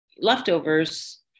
leftovers